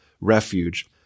refuge